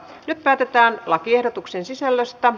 nyt päätetään lakiehdotuksen sisällöstä